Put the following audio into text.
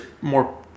more